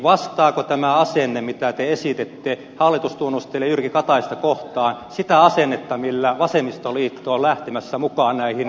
vastaako tämä asenne mitä te esititte hallitustunnustelija jyrki kataista kohtaan sitä asennetta millä vasemmistoliitto on lähtemässä mukaan näihin hallitustunnusteluihin